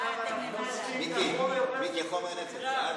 5 והוראת שעה),